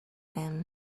them